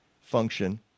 function